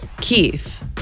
Keith